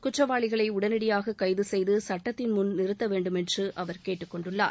குற்றவாளிகளை உடனடியாக கைது செய்து சட்டத்தின் முன் நிறுத்த வேண்டுமென்று அவர் கேட்டுக் கொண்டுள்ளார்